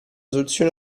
soluzione